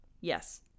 yes